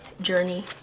journey